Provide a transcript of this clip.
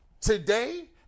today